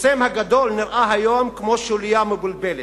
הקוסם הגדול נראה היום כמו שוליה מבולבלת.